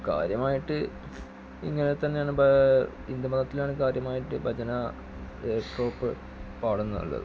കാര്യമായിട്ട് ഇങ്ങനെത്തന്നെയാണ് ഹിന്ദുമതത്തിലാണെങ്കിലും കാര്യമായിട്ട് ഭജന വേ ടോപ്പ് പാടുന്നതാണ് നല്ലത്